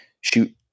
shoot